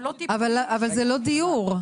אבל זה לא דיור.